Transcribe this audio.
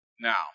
Now